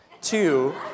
Two